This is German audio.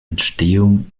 entstehung